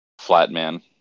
Flatman